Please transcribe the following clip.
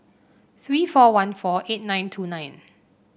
three four one four eight nine two nine